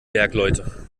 bergleute